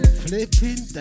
flipping